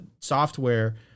software